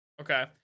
Okay